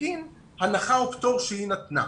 בגין הנחה או פטור שהיא נתנה.